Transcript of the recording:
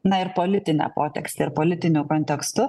na ir politine potekste ir politiniu kontekstu